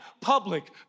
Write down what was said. public